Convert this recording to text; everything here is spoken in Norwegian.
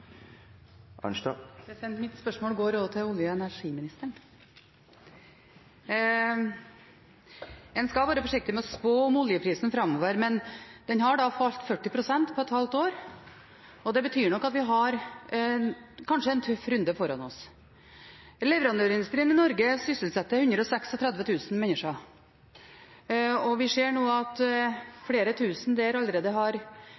Mitt spørsmål går også til olje- og energiministeren. En skal være forsiktig med å spå om oljeprisen framover, men den har falt 40 pst. på et halvt år, og det betyr nok at vi kanskje har en tøff runde foran oss. Leverandørindustrien i Norge sysselsetter 136 000 mennesker, og vi ser at det allerede nå